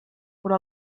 però